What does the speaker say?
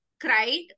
cried